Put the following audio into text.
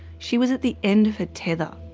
she was at the end of her tether.